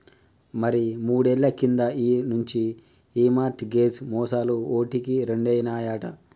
మరి మూడేళ్ల కింది నుంచి ఈ మార్ట్ గేజ్ మోసాలు ఓటికి రెండైనాయట